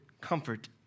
comfort